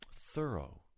thorough